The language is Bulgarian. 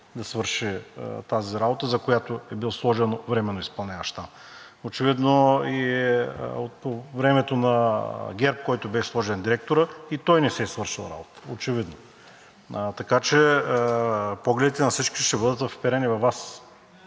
да свърши тази работа, за която е бил сложен временно изпълняващ там. Очевидно и по времето на ГЕРБ, който беше сложен директор, и той не си е свършил работата. Очевидно. Така че погледите на всички ще бъдат вперени във Вас.